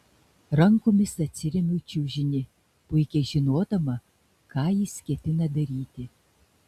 rankomis atsiremiu į čiužinį puikiai žinodama ką jis ketina daryti